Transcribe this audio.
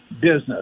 business